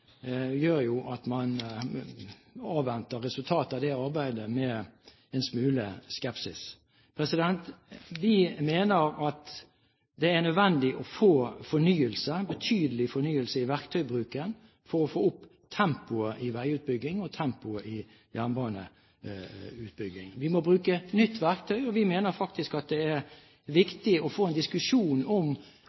gjør jo at man avventer resultatet av det arbeidet med en smule skepsis. Vi mener at det er nødvendig å få fornyelse, betydelig fornyelse, i verktøybruken, for å få opp tempoet i veiutbyggingen og tempoet i jernbaneutbyggingen. Vi må bruke nytt verktøy. Vi mener faktisk at det er viktig å få en diskusjon om